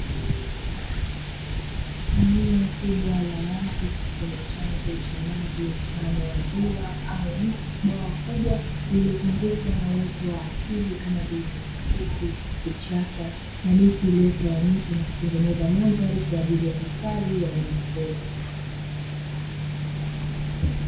Eneo kubwa la wazi lenye chanzo cha maji mfano wa ziwa au bwawa kubwa lililozungukwa na uoto wa asili kama vile nyasi fupi, vichaka na miti iliyotawanyika na kutengeneza mandhari kwa ajili ya hifadhi ya wanyama pori.